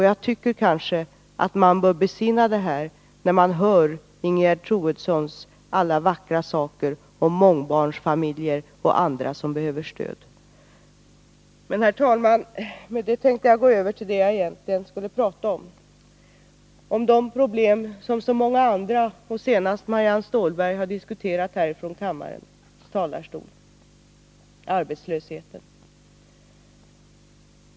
Jag tycker att det är något att besinna när man här hör Ingegerd Troedssons alla vackra uttalanden om mångbarnsfamiljer och andra som behöver stöd. Därmed, herr talman, skall jag gå över till det som jag huvudsakligen skall tala om, nämligen om de problem som så många andra, senast Marianne Stålberg, har diskuterat från denna talarstol, dvs. arbetslösheten.